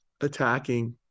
attacking